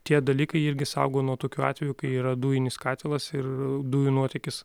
tie dalykai irgi saugo nuo tokių atvejų kai yra dujinis katilas ir dujų nuotėkis